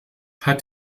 hat